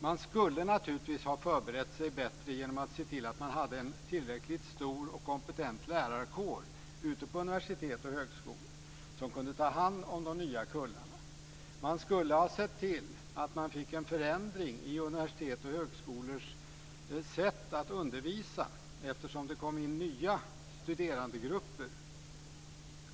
Man skulle naturligtvis ha förberett sig bättre genom att se till att man hade en tillräckligt stor och kompetent lärarkår ute på universitet och högskolor som kunde ta hand om de nya kullarna. Man skulle ha sett till att man fick en förändring i universitets och högskolors sätt att undervisa eftersom det kom in nya studerandegrupper.